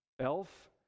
Elf